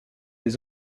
les